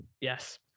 Yes